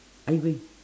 I will